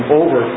over